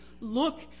Look